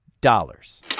dollars